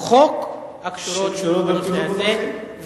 חוק הקשורות בנושא הזה.